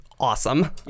Awesome